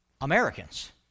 Americans